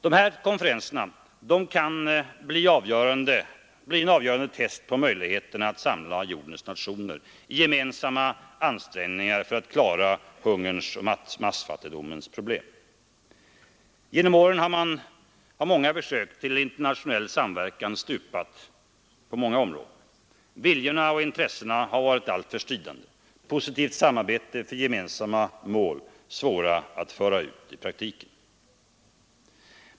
Dessa konferenser blir en avgörande test på möjligheten att samla jordens nationer i gemensamma ansträngningar för att klara hungerns och massfattigdomens problem. Genom åren har många försök till internationell samverkan stupat på olika områden. Viljorna och intressena har varit alltför stridande, positivt samarbete för gemensamma mål svårt att föra ut i praktiken.